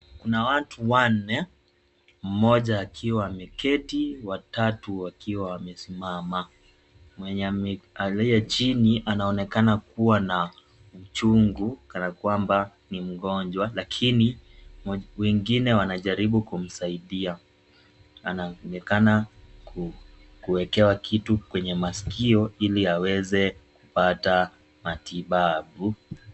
Kuna watu wanne mmoja akiwa ameketi watatu wakiwa wamesimama, mwenye amekalia chini anaonekana kuwa na uchungu kana kwamba ni mgonjwa lakini wengine wanajaribu kumsaidia, anaonekana kueekewa kitu kwa maskio ili aweze kupata matibabu.